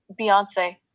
Beyonce